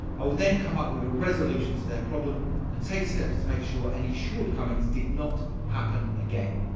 i would then come up with a resolution to their problem and take steps to make sure any shortcomings did not happen again.